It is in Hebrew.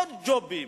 עוד ג'ובים,